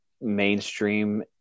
mainstream